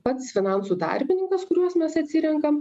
pats finansų tarpininkas kuriuos mes atsirenkam